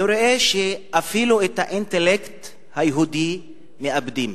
אני רואה שאפילו את האינטלקט היהודי מאבדים.